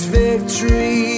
victory